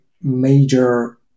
major